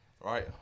right